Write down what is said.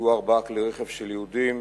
נפגעו ארבעה כלי רכב של יהודים